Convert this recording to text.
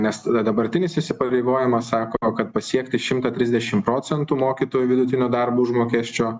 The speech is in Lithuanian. nes tada dabartinis įsipareigojimas sako kad pasiekti šimtą trisdešimt procentų mokytojų vidutinio darbo užmokesčio